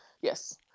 Yes